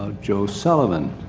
ah joe solomon.